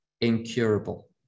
Incurable